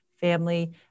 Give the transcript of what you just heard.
family